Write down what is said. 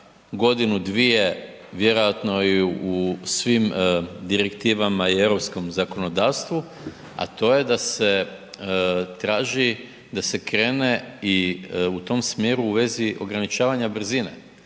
godinu dvije vjerojatno i u svim direktivama i europskom zakonodavstvu, a to je da se traži, da se krene i u tom smjeru i u vezi ograničavanja brzine,